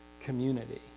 community